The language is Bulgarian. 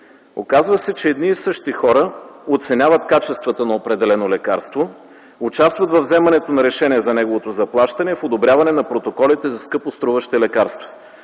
Оказва се, че едни и същи хора оценяват качествата на определено лекарство, участват във вземането на решения за неговото заплащане и в одобряване на протоколите за скъпоструващи лекарства.